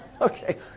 Okay